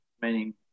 meaning